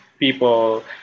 People